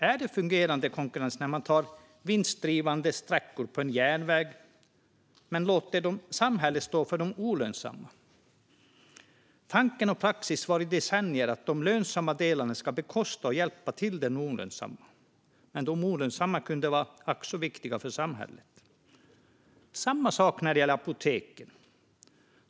Är det fungerande konkurrens när man säljer ut vinstgivande sträckor på en järnväg men låter samhället stå för de olönsamma? Tanken och praxis var i decennier att de lönsamma delarna skulle bekosta och hjälpa till med de olönsamma. Men de olönsamma kunde vara ack så viktiga för samhället. Samma sak gäller apoteken.